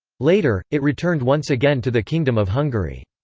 later, it returned once again to the kingdom of hungary.